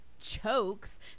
chokes